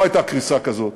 לא הייתה קריסה כזאת,